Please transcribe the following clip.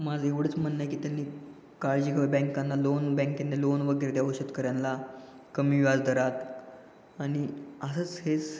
माझं एवढंच म्हणणं आहे की त्यांनी काळजी घ्यावी बँकांना लोन बँकेने लोन वगैरे द्यावं शेतकऱ्यांना कमी व्याजदरात आणि असंच हेच